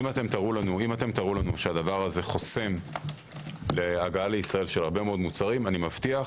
אם תראו לנו שזה חוסם הגעה לישראל של הרבה מאוד מוצרים אני מבטיח,